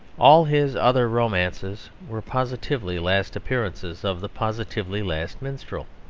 all his other romances were positively last appearances of the positively last minstrel.